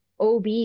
OB